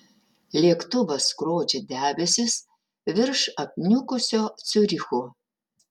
lėktuvas skrodžia debesis virš apniukusio ciuricho